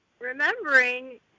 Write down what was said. remembering